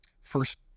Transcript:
first